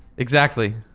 exactly.